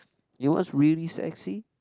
you know what's really sexy